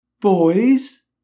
Boys